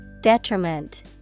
Detriment